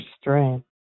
strength